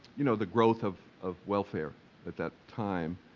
you know, the growth of of welfare at that time,